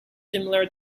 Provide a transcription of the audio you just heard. similar